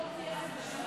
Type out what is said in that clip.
בעד.